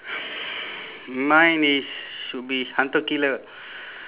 mine is should be hunter killer